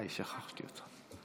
שכחתי אותך.